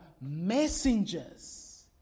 messengers